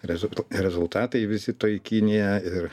rezult rezultatai vizito į kiniją ir